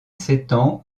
s’étend